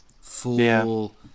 full